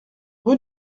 rue